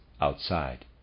outside